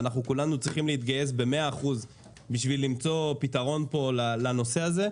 וכולנו צריכים להתגייס במאה אחוז בשביל למצוא פתרון פה לנושא הזה.